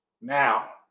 Now